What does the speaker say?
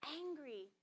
angry